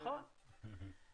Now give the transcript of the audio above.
נכון.